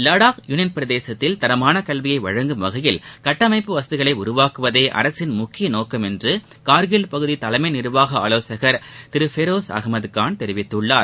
Ladakh union பிரதேசத்தில் தரமான கல்வியை வழங்கும் வகையில் கட்டமைப்பு வசதிகளை உருவாக்குவதே அரசின் முக்கிய நோக்கம் என்று கார்கில் பகுதி தலைமை நிர்வாக ஆலோசகர் திரு ஃபெரோஸ் அகமத் கான் தெரிவித்துள்ளார்